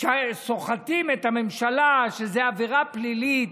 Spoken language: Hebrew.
שסוחטים את הממשלה, שזו עבירה פלילית: